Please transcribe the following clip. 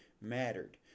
mattered